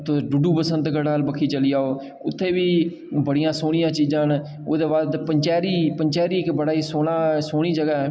तुस डुड्डू बसंतगढ़ बक्खी चली जाओ उत्थै बी बड़ियां सोह्नियां चीजां न ओह्दे बाद पंचैरी पंचैरी इक बड़ा सोह्ना सोह्नी जगहां ऐ